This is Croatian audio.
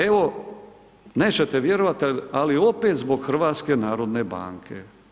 Evo nećete vjerovati, ali opet zbog Hrvatske narodne banke.